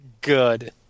good